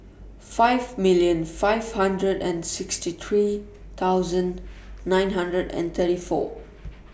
five million five hunderd and sixty three thsoud nine hundred and thirty four